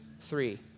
three